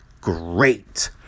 great